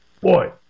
boy